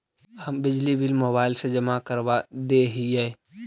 हम बिजली bill mobile से जमा करवा देहियै?